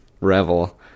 Revel